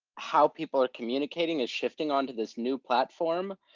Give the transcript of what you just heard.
how people are communicating is shifting onto this new platform,